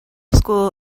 school